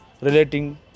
relating